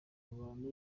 abantu